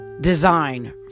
design